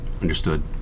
Understood